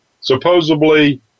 supposedly